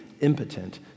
impotent